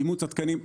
אימוץ התקנים,